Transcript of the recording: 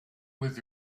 with